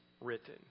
written